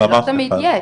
לא תמיד יש,